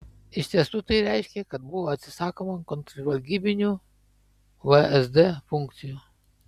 iš tiesų tai reiškė kad buvo atsisakoma kontržvalgybinių vsd funkcijų